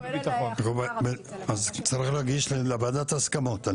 אז צריך להגיש לוועדת ההסכמות.